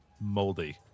moldy